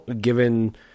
given